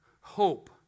hope